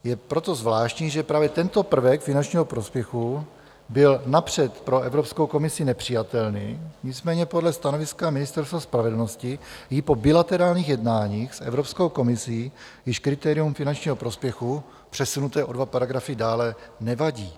Je proto zvláštní, že právě tento prvek finančního prospěchu byl napřed pro Evropskou komisi nepřijatelný, nicméně podle stanoviska Ministerstva spravedlnosti jí po bilaterálních jednáních s Evropskou komisí již kritérium finančního prospěchu, přesunuté o dva paragrafy dále, nevadí.